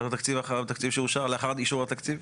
בא תקציב אחריו תקציב שאושר לאחר אישור התקציב?